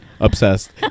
obsessed